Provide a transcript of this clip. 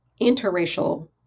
interracial